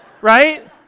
Right. (